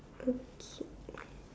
okay